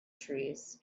trees